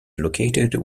located